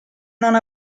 non